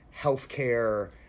healthcare